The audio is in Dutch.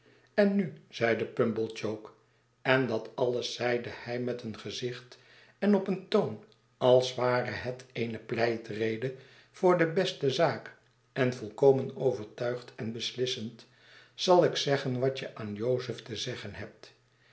en nu zeide pumblechook en dat alles zeide hij met een gezicht en op een toon als ware het eene pleitrede voor de beste zaak en volkomen overtuigend en beslissend zal ik zeggen wat je aan jozef te zeggen hebt